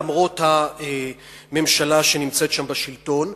למרות הממשלה שנמצאת שם בשלטון,